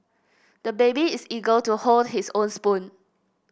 the baby is eager to hold his own spoon